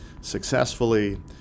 successfully